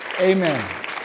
Amen